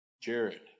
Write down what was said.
Jared